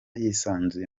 yisanzuye